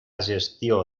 gestió